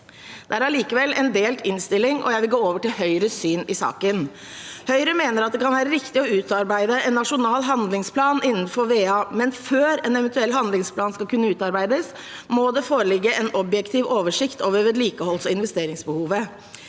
Det er allikevel en delt innstilling, og jeg vil nå gå over til Høyres syn i saken. Høyre mener at det kan være riktig å utarbeide en nasjonal handlingsplan innenfor VA, altså vann og avløp, men før en eventuell handlingsplan skal kunne utarbeides, må det foreligge en objektiv oversikt over vedlikeholdsbehov og investeringsbehov.